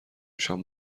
شام